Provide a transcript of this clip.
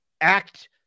act